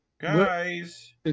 Guys